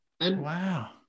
Wow